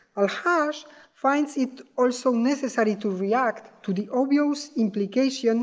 al-haj finds it also necessary to react to the obvious implications